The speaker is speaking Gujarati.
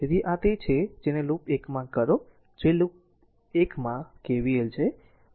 તેથી આ તે છે જેને લૂપ 1 માં કરો જે લૂપ 1 માં r KVL છે આ લૂપ 1 છે